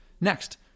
Next